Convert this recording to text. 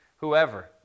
whoever